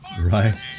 Right